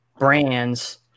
brands